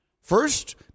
First